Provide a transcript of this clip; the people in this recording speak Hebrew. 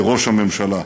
לראש הממשלה.